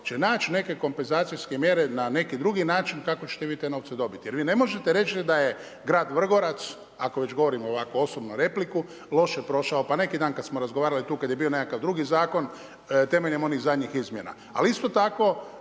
će naći neke kompenzacijske mjere na neki drugi način kako ćete vi te novce dobiti. Jer vi ne možete reći da je grad Vrgorac, ako već govorimo ovako osobno repliku, loše prošao. Pa neki dan, kada smo razgovarali tu, kada je bio nekakav drugi zakon, temeljem onih zadnjih izmjena. Ali isto tako,